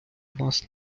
вас